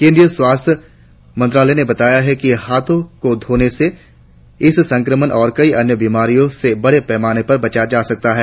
केंद्रीय स्वास्थ्य मंत्रालय ने बताया है कि हाथों को धोने से इस संक्रमण और कई अन्य बीमारियों से बड़े पैमाने पर बचा जा सकता है